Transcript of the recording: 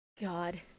God